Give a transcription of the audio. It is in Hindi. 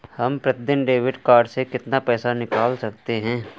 हम प्रतिदिन डेबिट कार्ड से कितना पैसा निकाल सकते हैं?